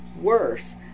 Worse